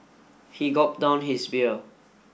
he gulped down his beer